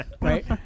right